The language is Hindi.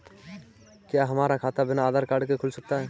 क्या हमारा खाता बिना आधार कार्ड के खुल सकता है?